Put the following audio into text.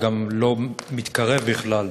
וגם לא מתקרב בכלל